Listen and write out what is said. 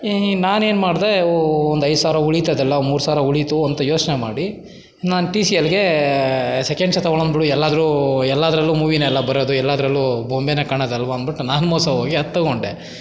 ನಾನೇನು ಮಾಡಿದೆ ಒಂದು ಐದು ಸಾವಿರ ಉಳೀತದಲ್ಲ ಮೂರು ಸಾವಿರ ಉಳೀತು ಅಂತ ಯೋಚನೆ ಮಾಡಿ ನಾನು ಟಿ ಸಿ ಎಲ್ಗೆ ಸೆಕೆಂಡ್ಸೆ ತಗೊಳ್ಳೋಣ್ಬಿಡು ಎಲ್ಲಾದರೂ ಎಲ್ಲದರಲ್ಲೂ ಮೂವಿನೇ ಅಲ್ಲ ಬರೋದು ಎಲ್ಲದರಲ್ಲೂ ಬೊಂಬೆನೆ ಕಾಣೋದಲ್ವ ಅಂದ್ಬಿಟ್ಟು ನಾನು ಮೋಸ ಹೋಗಿ ಅದು ತಗೊಂಡೆ